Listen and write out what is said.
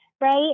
right